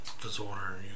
disorder